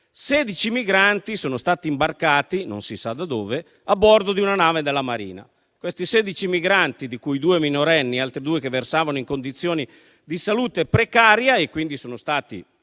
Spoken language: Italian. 16 migranti sono stati imbarcati - non si sa da dove - a bordo di una nave della Marina. Quei 16 migranti, di cui due minorenni e altri due che versavano in condizioni di salute precaria - che sono stati